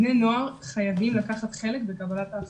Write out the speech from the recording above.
בני נוער חייבים לקחת חלק בקבלת ההחלטות.